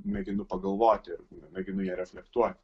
mėginu pagalvoti mėginu ją reflektuoti